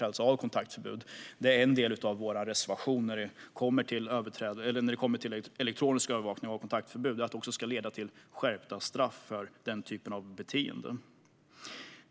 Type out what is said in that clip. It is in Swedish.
Det är en del i våra reservationer när det gäller elektronisk övervakning av kontaktförbud, nämligen att denna typ av beteenden ska leda till skärpta straff.